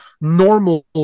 normal